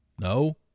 No